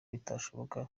bitashoboka